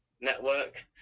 Network